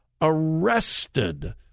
arrested